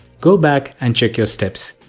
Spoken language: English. go back and check your steps.